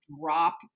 drop